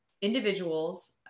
individuals